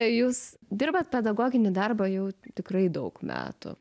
jūs dirbat pedagoginį darbą jau tikrai daug metų